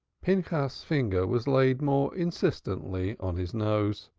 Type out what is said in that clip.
pinchas's finger was laid more insistently on his nose.